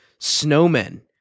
snowmen